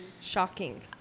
Shocking